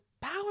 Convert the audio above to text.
power